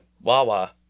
Wawa